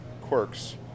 quirks